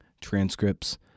Transcripts